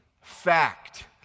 Fact